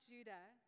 Judah